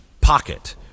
pocket